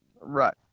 Right